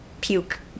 puke